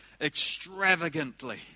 extravagantly